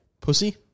Pussy